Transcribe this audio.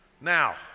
Now